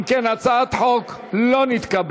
אם כן, הצעת החוק לא נתקבלה.